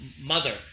Mother